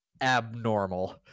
abnormal